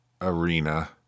arena